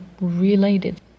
related